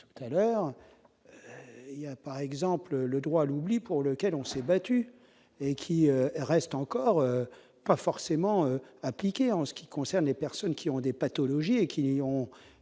tout à l'heure, il y a par exemple le droit à l'oubli, pour lequel on s'est battus et qui restent encore pas forcément appliquer en ce qui concerne les personnes qui ont des pathologies et qui dit